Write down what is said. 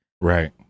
Right